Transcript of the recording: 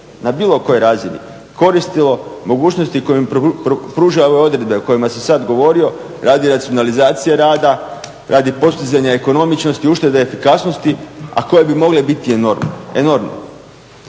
na bilo kojoj razini koristilo mogućnosti koje im pružaju ove odredbe o kojima sam sad govorio radi racionalizacije rada, radi postizanja ekonomičnosti uštede, efikasnosti, a koje bi mogle biti enormne.